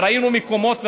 וראינו מקומות,